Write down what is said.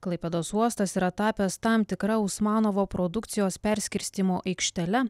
klaipėdos uostas yra tapęs tam tikra usmanovo produkcijos perskirstymo aikštele